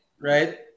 right